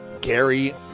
Gary